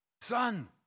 son